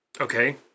Okay